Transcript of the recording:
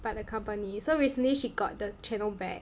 by the company so recently she got the channel back